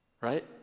Right